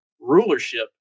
rulership